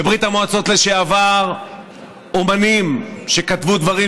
בברית המועצות לשעבר אומנים שכתבו דברים,